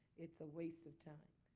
it's a waste of time.